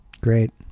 Great